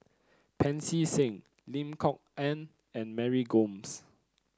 Pancy Seng Lim Kok Ann and Mary Gomes